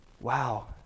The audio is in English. wow